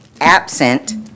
absent